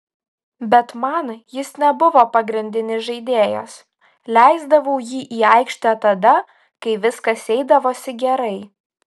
bet man jis nebuvo pagrindinis žaidėjas leisdavau jį į aikštę tada kai viskas eidavosi gerai